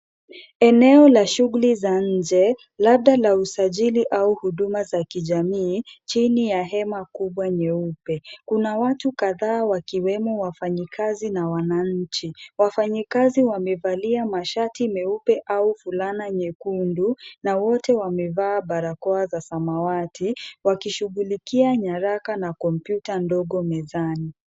Eneo la shughuli za nje labda la usajili au huduma za kijamii chini ya hema kubwa nyeupe. Kuna watu kadhaa wakiwemo wafanyikazi na wananchi. Wafanyikazi wamevalia mashati meupe au fulana nyekundu na wote wamevaa barakoa za samawati wakishughulikia nyaraka na kompyuta ndogo mezani.